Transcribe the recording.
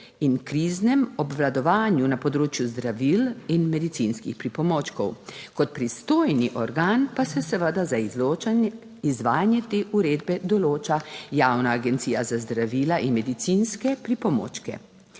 in kriznem obvladovanju na področju zdravil in medicinskih pripomočkov, kot pristojni organ pa se seveda za izvajanje te uredbe določa Javna agencija za zdravila in medicinske pripomočke.